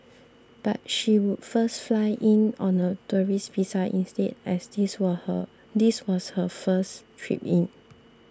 but she would first fly in on a tourist visa instead as this were her this was her first trip in